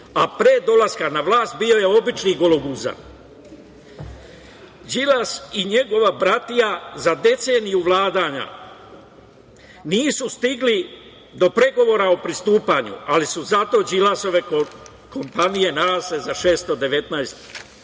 a pre dolaska na vlast bio je običan gologuzan. Đilas i njegova bratija za deceniju vladanja nisu stigli do pregovora o pristupanja ali su zato Đilasove kompanije nalaze za 619